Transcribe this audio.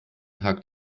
tag